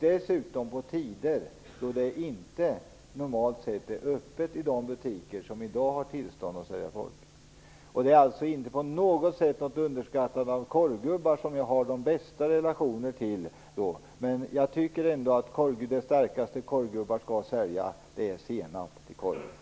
Dessutom gäller det tider då butiker som i dag har tillstånd att sälja folköl normalt inte har öppet. Det handlar inte om att på något sätt underskatta korvgubbarna, som jag har de bästa relationer till. Jag tycker ändå att det starkaste som korvgubbar skall sälja är senap till korven!